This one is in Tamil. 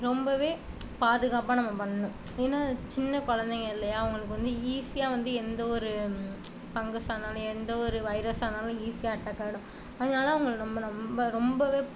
ரொம்பவே பாதுகாப்பாக நம்ம பண்ணணும் ஏனால் சின்ன குழந்தைங்கள் இல்லையா அவங்களுக்கு வந்து ஈசியாக எந்த ஒரு ஃபங்கஸாக இருந்தாலும் எந்த ஒரு வைரஸாக இருந்தாலும் ஈசியாக அட்டாக் ஆகிடும் அதனால அவங்கள ரொம்ப ரொம்பவே